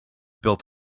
built